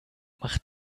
macht